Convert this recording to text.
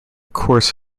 course